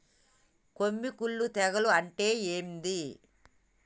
కొమ్మి కుల్లు తెగులు అంటే ఏంది?